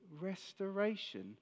restoration